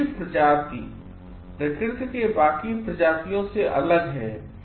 मनुष्य प्रजाति प्रकृति के बाकी प्रजातियों से अलग है